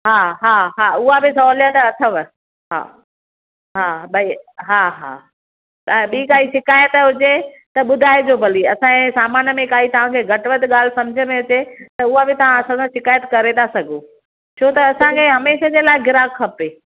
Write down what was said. हा हा हा उहा बि सहूलियत अथव हा हा ॿई हा हा त बि काई शिकायत हुजे त ॿुधाइजो भली असां जे सामान में काई तव्हां खे घटि वधि ॻाल्हि समुझ में अचे त उहा बि तव्हां असां सां शिकायत करे था सघो छो त असांखे हमेशा जे लाइ ग्राहकु खपे